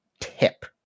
tip